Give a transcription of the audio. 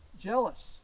Jealous